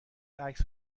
عکس